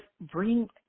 bring